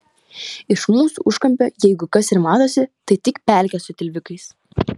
iš mūsų užkampio jeigu kas ir matosi tai tik pelkė su tilvikais